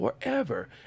forever